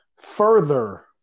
further